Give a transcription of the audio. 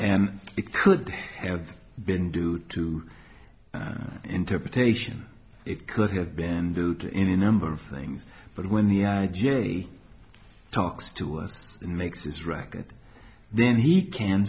and it could have been due to interpretation it could have been due to any number of things but when the i j a talks to us makes his record then he can